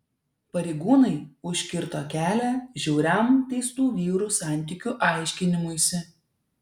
pareigūnai užkirto kelią žiauriam teistų vyrų santykių aiškinimuisi